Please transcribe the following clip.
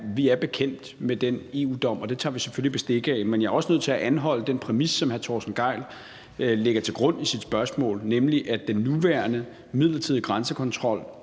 vi er bekendt med den EU-dom, og det tager vi selvfølgelig bestik af, men jeg er også nødt til at anholde den præmis, som hr. Torsten Gejl lægger til grund for sit spørgsmål, nemlig at den nuværende midlertidige grænsekontrol